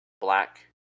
black